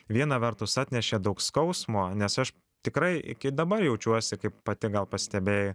viena vertus atnešė daug skausmo nes aš tikrai iki dabar jaučiuosi kaip pati gal pastebėjai